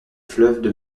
fleuve